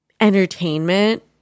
entertainment